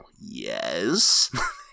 Yes